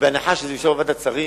ובהנחה שזה יהיה בוועדת שרים,